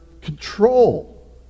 control